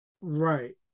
Right